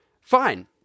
fine